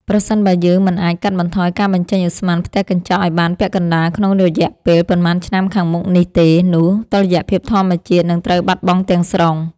ប្រសិនបើយើងមិនអាចកាត់បន្ថយការបញ្ចេញឧស្ម័នផ្ទះកញ្ចក់ឱ្យបានពាក់កណ្ដាលក្នុងរយៈពេលប៉ុន្មានឆ្នាំខាងមុខនេះទេ នោះតុល្យភាពធម្មជាតិនឹងត្រូវបាត់បង់ទាំងស្រុង។